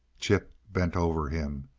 chip bent over him,